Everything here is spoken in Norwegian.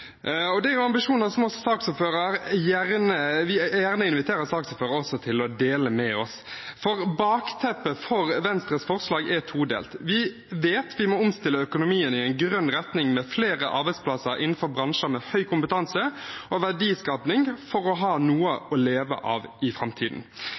Det er ambisjoner som jeg gjerne inviterer saksordføreren også til å dele med oss, for bakteppet for Venstres forslag er todelt. Vi vet vi må omstille økonomien i en grønn retning med flere arbeidsplasser innenfor bransjer med høy kompetanse og verdiskaping for å ha